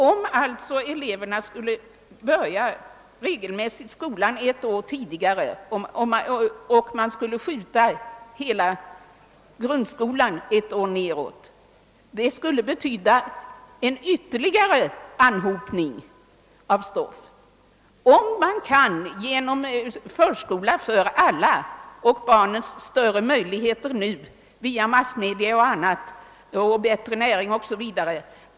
Om alltså eleverna regelmässigt skulle börja skolan ett år tidigare och man sköt hela grundskolan ett år nedåt, så skulle det medföra en ytterligare anhopning av stoff. Om man bättre kunde utnyttja de större möjligheter som barnen nu har på grund av massmedia, bättre näring 0. S. Vv.